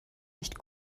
nicht